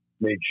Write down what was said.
made